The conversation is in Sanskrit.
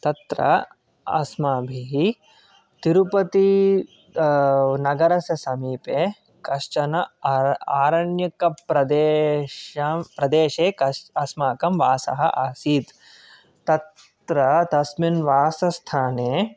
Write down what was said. तत्र अस्माभिः तिरुपति नगरस्स समीपे कश्चन आरण्यकप्रदेशं प्रदेशे अस्माकं वासः आसीत् तत्र तस्मिन् वासस्थाने